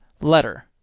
letter